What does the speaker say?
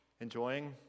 enjoying